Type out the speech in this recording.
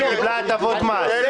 הטבות מס.